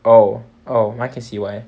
oh oh I can see why